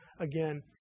again